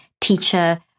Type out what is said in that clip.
teacher